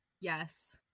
Yes